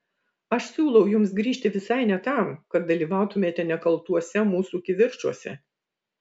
aš siūlau jums grįžti visai ne tam kad dalyvautumėte nekaltuose mūsų kivirčuose